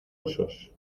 rusos